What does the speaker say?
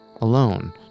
alone